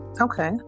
Okay